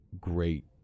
great